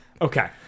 okay